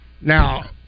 Now